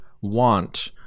want